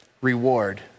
reward